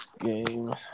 game